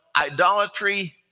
idolatry